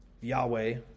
Yahweh